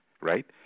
right